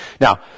Now